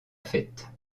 fête